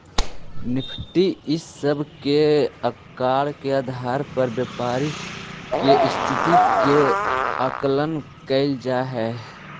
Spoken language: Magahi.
निफ़्टी इ सब के आकड़ा के आधार पर व्यापारी के स्थिति के आकलन कैइल जा हई